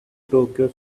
tokyo